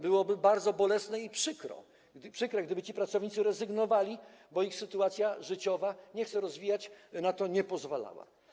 Byłoby bardzo bolesne i przykre, gdyby ci pracownicy rezygnowali, bo ich sytuacja życiowa, nie chcę tego rozwijać, na to nie pozwala.